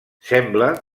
sembla